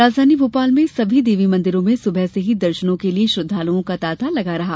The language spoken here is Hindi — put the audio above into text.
राजधानी भोपाल में सभी देवी मंदिरों में सुबह से ही दर्शनों के लिये श्रद्वालुओं का तांता लगा रहा